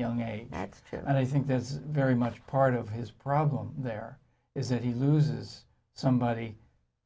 that i think is very much part of his problem there is that he loses somebody